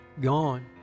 gone